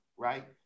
Right